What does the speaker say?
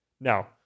now